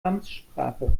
amtssprache